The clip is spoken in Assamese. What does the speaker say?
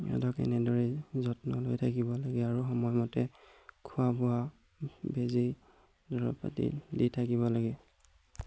সিহঁতক এনেদৰেই যত্ন লৈ থাকিব লাগে আৰু সময়মতে খোৱাি বোৱা বেজী দৰৱ পাতি দি থাকিব লাগে